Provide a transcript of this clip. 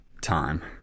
time